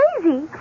crazy